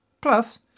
Plus